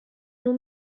nur